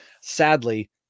sadly